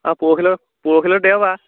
অঁ পৰখিলৈ পৰখিলৈতো দেওবাৰ